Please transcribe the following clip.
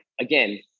again